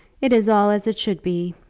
it is all as it should be,